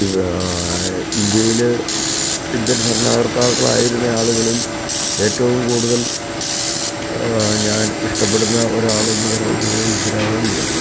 ഇവ ഇൻഡ്യയില് ഇൻഡ്യൻ ഭരണാകർത്താക്കളായിരുന്ന ആളുകളിൽ ഏറ്റവും കൂടുതൽ ഞാൻ ഇഷ്ടപ്പെടുന്ന ഒരാളെന്നു പറയുന്നത് ഇന്ദിരാഗാന്ധിയാണ്